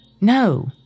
No